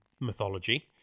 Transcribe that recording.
mythology